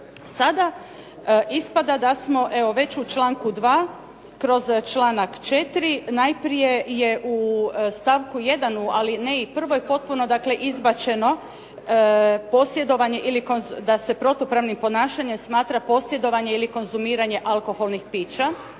Sada ispada da smo evo već u članku 2. kroz članak 4. najprije je u stavku 1. u alineji prvoj potpuno, dakle izbačeno posjedovanje ili da se protupravnim ponašanjem smatra posjedovanje ili konzumiranje alkoholnih pića.